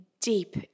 deep